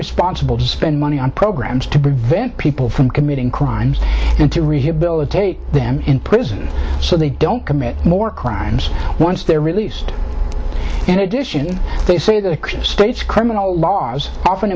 responsible to spend money on programs to prevent people from committing crimes and to rehabilitate them in prison so they don't commit more crimes once they're released in addition they say go to the states criminal laws often